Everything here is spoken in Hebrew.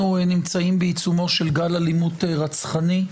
אנחנו נמצאים בעיצומו של גל אלימות רצחני.